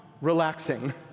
relaxing